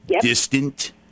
distant